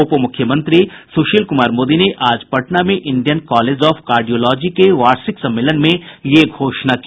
उप मुख्यमंत्री सुशील कुमार मोदी ने आज पटना में इंडियन कॉलेज ऑफ कार्डियोलॉजी के वार्षिक सम्मेलन में ये घोषणा की